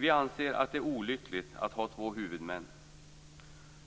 Vi anser att det är olyckligt att ha två huvudmän